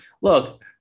look